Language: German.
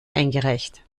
eingereicht